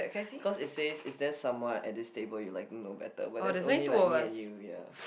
cause is say is there someone at this table you liking no better but that's only like me and you ya